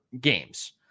games